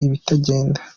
ibitagenda